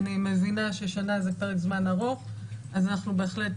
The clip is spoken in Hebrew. אני מבינה ששנה זה פרק זמן ארוך אז אנחנו בהחלט